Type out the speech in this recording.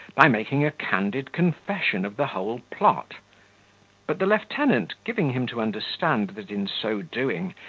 by making a candid confession of the whole plot but the lieutenant giving him to understand, that in so doing,